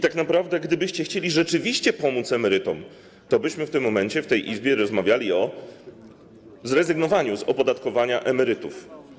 Tak naprawdę, gdybyście chcieli pomóc emerytom, tobyśmy w tym momencie, w tej Izbie rozmawiali o zrezygnowaniu z opodatkowania emerytów.